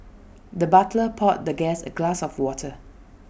the butler poured the guest A glass of water